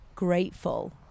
Grateful